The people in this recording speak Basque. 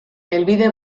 helbide